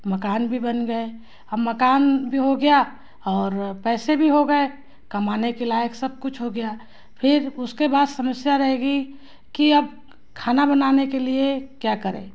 मकान भी बन गए अब मकान भी हो गया और पैसे भी हो गए कमाने के लायक सब कुछ हो गया फिर उसके बाद समस्या रह गई कि अब खाना बनाने के लिए क्या करें